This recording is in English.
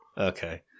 Okay